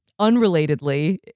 Unrelatedly